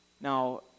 Now